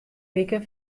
wike